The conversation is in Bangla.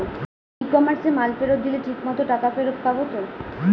ই কমার্সে মাল ফেরত দিলে ঠিক মতো টাকা ফেরত পাব তো?